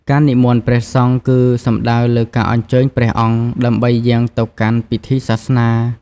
ការនិមន្តព្រះសង្ឃ គឺសំដៅលើការអញ្ជើញព្រះអង្គ ដើម្បីយាងទៅកាន់ពិធីសាសនា។